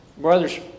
Brothers